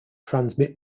transmit